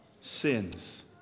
Sins